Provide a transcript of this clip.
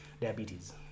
diabetes